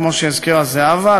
כמו שהזכירה זהבה,